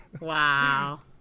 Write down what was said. Wow